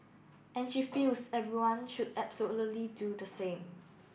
and she feels everyone should absolutely do the same